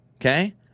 Okay